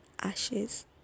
ashes